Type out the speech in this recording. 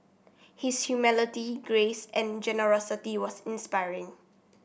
his humility grace and generosity was inspiring